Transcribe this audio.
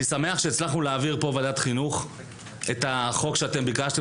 אני שמח שהצלחנו להעביר פה בוועדת החינוך את החוק שאתם ביקשתם